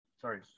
Sorry